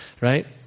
right